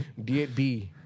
D8B